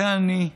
זה אני,